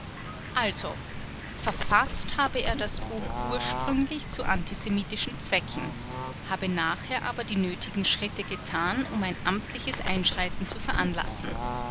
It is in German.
also verfaßt habe er das buch ursprünglich zu antisemitischen zwecken habe nachher aber die nötigen schritte getan um ein amtliches einschreiten zu veranlassen